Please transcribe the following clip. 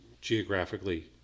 geographically